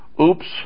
oops